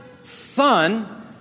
Son